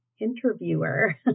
interviewer